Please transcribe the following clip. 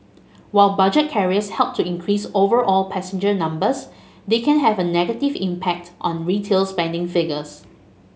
while budget carriers help to increase overall passenger numbers they can have a negative impact on retail spending figures